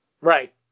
Right